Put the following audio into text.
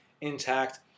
intact